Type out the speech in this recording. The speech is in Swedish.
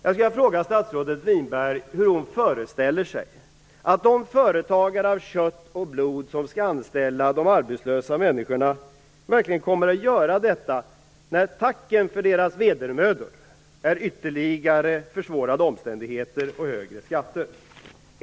Jag undrar också hur statsrådet Winberg föreställer sig att de företagare av kött och blod som skall anställa de arbetslösa människorna verkligen kommer att göra det när tacken för deras vedermödor är ytterligare försvårade omständigheter och högre skatter.